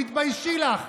תתביישי לך.